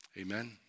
Amen